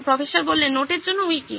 professor নোটের জন্য wiki